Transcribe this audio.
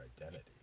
identity